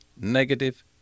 negative